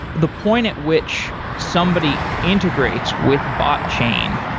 the point at which somebody integrates with botchain,